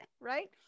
right